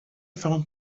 found